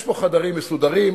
יש פה חדרים מסודרים,